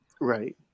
Right